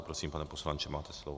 Prosím, pane poslanče, máte slovo.